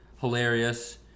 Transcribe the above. hilarious